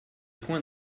point